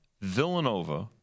Villanova